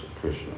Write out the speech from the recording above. Krishna